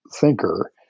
thinker